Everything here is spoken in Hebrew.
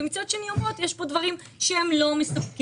ומצד שני אומרות שיש כאן דברים שהם לא מספקים.